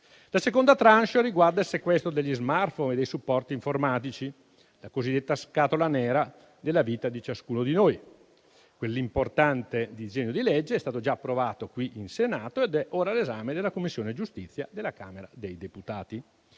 La seconda *tranche* riguarda il sequestro degli *smartphone* e dei supporti informatici, la cosiddetta scatola nera della vita di ciascuno di noi; quell'importante disegno di legge è stato già approvato qui in Senato ed è ora all'esame della Commissione giustizia della Camera dei deputati.